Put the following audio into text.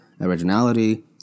originality